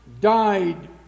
died